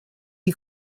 die